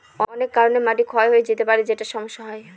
অনেক কারনে মাটি ক্ষয় হয়ে যেতে পারে যেটায় সমস্যা হয়